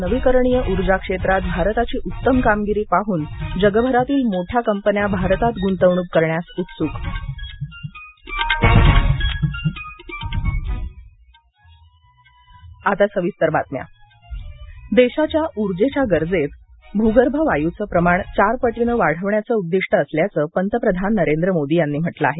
नविकरणीय ऊर्जा क्षेत्रात भारताची उत्तम कामगिरी पाहून जगभरातील मोठ्या कंपन्या भारतात गुंतवणूक करण्यास उत्सुक मोदी विद्यापीठ उद्गाटन देशाच्या उर्जेच्या गरजेत भूगर्भ वायूच प्रमाण पटी नं वाढवण्याचं उद्दिष्ट असल्याचं पंतप्रधान नरेंद्र मोदी म्हटल आहे